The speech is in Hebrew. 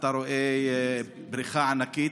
אתה רואה בריכה ענקית,